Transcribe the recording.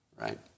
right